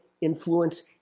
influence